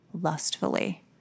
lustfully